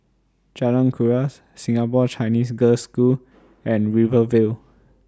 Jalan Kuras Singapore Chinese Girls' School and Rivervale